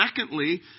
secondly